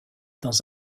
dans